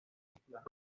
películas